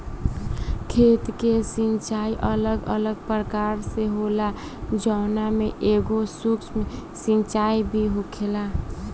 खेत के सिचाई अलग अलग प्रकार से होला जवना में एगो सूक्ष्म सिंचाई भी होखेला